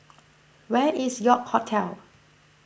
where is York Hotel